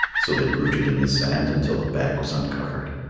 so they rooted in the sand until the bag was uncovered.